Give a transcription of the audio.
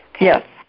Yes